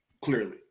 clearly